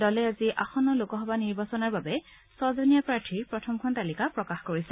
দলে আজি লোকসভা নিৰ্বাচনৰ বাবে ছজনীয়া প্ৰাৰ্থীৰ প্ৰথমখন তালিকা প্ৰকাশ কৰিছে